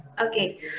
Okay